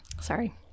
sorry